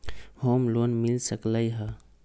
Home loan मिल सकलइ ह?